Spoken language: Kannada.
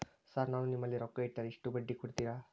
ಸರ್ ನಾನು ನಿಮ್ಮಲ್ಲಿ ರೊಕ್ಕ ಇಟ್ಟರ ಎಷ್ಟು ಬಡ್ಡಿ ಕೊಡುತೇರಾ?